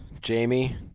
Jamie